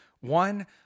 One